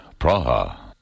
Praha